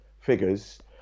figures